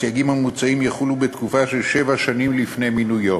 הסייגים המוצעים יחולו בתקופה של שבע שנים לפני מינויו.